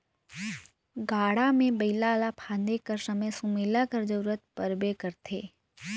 गाड़ा मे बइला ल फादे कर समे सुमेला कर जरूरत परबे करथे